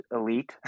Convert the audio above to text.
elite